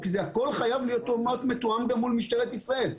הכול חייב להיות מתואם גם מול משטרת ישראל.